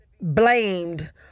blamed